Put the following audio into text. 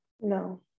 No